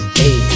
hey